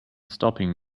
stopping